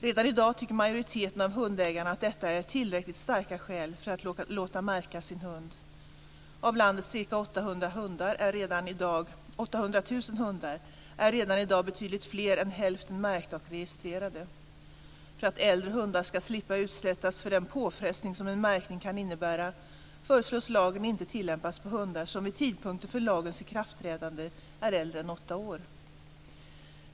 Redan i dag tycker majoriteten av hundägarna att detta är tillräckligt starka skäl för att låta märka sin hund. Av landets ca 800 000 hundar är redan i dag betydligt fler än hälften märkta och registrerade. För att äldre hundar ska slippa utsättas för den påfrestning som en märkning kan innebära föreslås lagen inte tillämpas på hundar som vid tidpunkten för lagens ikraftträdande är äldre än åtta år.